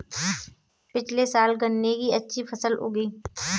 पिछले साल गन्ने की अच्छी फसल उगी